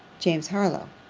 james harlowe.